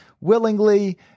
willingly